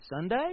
Sunday